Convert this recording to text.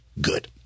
good